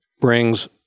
brings